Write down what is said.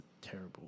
terrible